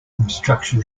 obstruction